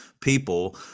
people